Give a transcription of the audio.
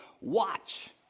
watch